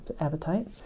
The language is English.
appetite